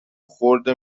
خرد